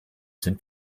sind